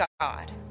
God